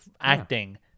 acting